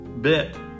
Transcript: bit